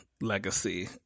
legacy